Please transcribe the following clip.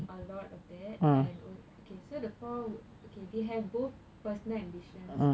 a lot of that and also okay so the four wom~ okay they have both personal ambitions